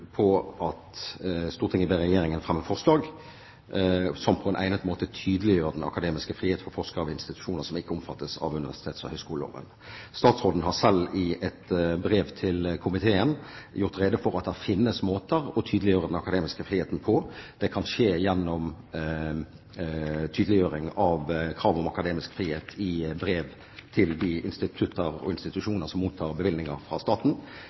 at Stortinget ber Regjeringen fremme forslag som på egnet måte tydeliggjør den akademiske frihet for forskere ved akademiske institusjoner som ikke omfattes av universitets- og høyskoleloven. Statsråden har selv i et brev til komiteen gjort rede for at det finnes måter å tydeliggjøre den akademiske friheten på. Det kan skje gjennom tydeliggjøring av krav om akademisk frihet i brev til de institutter og institusjoner som mottar bevilgninger fra staten.